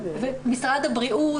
משרד הבריאות,